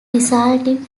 resulting